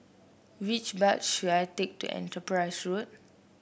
which bus should I take to Enterprise Road